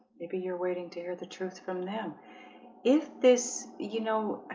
maybe you're waiting to hear the truth from them if this you know